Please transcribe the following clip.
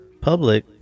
public